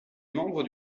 membre